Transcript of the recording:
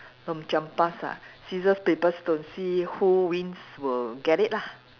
lom-chiam-pas ah scissors paper stone see who wins will get it lah